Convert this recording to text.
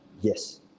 Yes